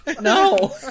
No